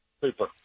Super